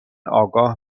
آگاه